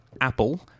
Apple